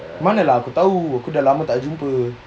mana lah aku tahu aku dah lama tak jumpa